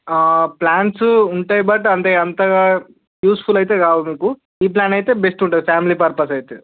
plans ఉంటాయి but అంటే అంతగా యూస్ఫుల్ అయితే కావు మీకు ఈ ప్లాన్ ఐతే బెస్ట్ ఉంటుంది మీకు ఫ్యామిలీ పర్పస్ అయితే